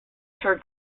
her